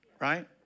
Right